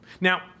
Now